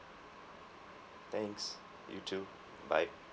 thanks you too bye